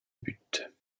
but